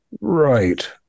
right